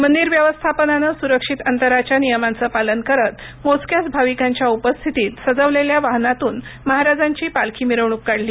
मंदिर व्यवस्थापनानं सुरक्षित अंतराच्या नियमांचं पालन करत मोजक्याच भाविकांच्या उपस्थितीत सजवलेल्या वाहनातून महाराजांची पालखी मिरवणूक काढली